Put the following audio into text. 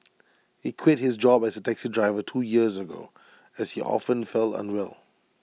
he quit his job as A taxi driver two years ago as he often felt unwell